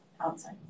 outside